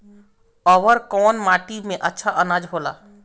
अवर कौन माटी मे अच्छा आनाज होला?